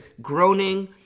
groaning